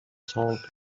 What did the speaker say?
salt